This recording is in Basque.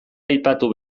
aipatu